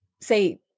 say